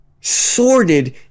sordid